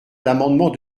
l’amendement